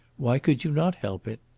why could you not help it?